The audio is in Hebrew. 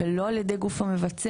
ולא על ידי הגוף המבצע,